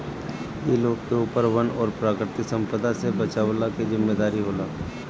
इ लोग के ऊपर वन और प्राकृतिक संपदा से बचवला के जिम्मेदारी होला